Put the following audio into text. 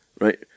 right